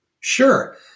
Sure